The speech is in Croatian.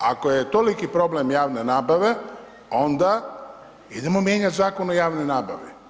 Ako je toliki problem javne nabave, onda idemo mijenjati Zakon o javnoj nabavi.